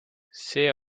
see